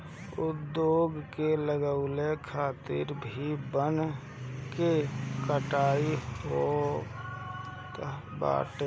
उद्योग के लगावे खातिर भी वन के कटाई होत बाटे